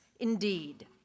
Indeed